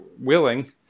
willing